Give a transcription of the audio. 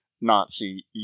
Nazi